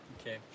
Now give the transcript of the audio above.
Okay